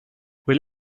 will